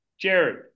Jared